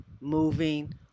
moving